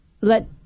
let